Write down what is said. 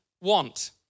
want